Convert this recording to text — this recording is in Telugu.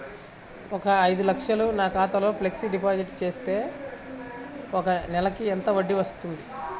ఒక ఐదు లక్షలు నా ఖాతాలో ఫ్లెక్సీ డిపాజిట్ చేస్తే ఒక నెలకి ఎంత వడ్డీ వర్తిస్తుంది?